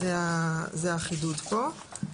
זה החידוד פה.